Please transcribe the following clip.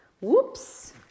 Whoops